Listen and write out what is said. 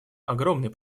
огромный